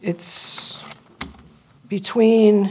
t's between